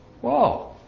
Whoa